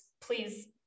please